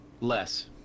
Less